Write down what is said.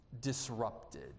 disrupted